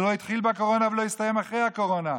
זה לא התחיל בקורונה ולא יסתיים אחרי הקורונה,